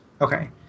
Okay